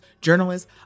journalists